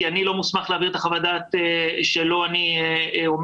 אני לא מוסמך להעביר חוות דעת שלא אני כתבתי.